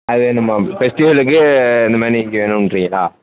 அது நம்ம ஃபெஸ்ட்டிவெலுக்கு இந்த மாதிரி நீங்கள் வேணுன்றீங்களா